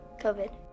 COVID